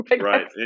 Right